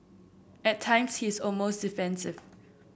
at times he is almost defensive